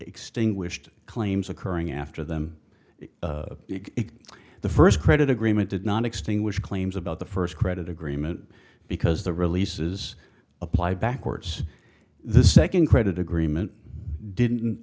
extinguished claims occurring after them the first credit agreement did not extinguish claims about the first credit agreement because the releases applied backwards the second credit agreement didn't